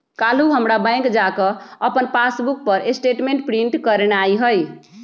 काल्हू हमरा बैंक जा कऽ अप्पन पासबुक पर स्टेटमेंट प्रिंट करेनाइ हइ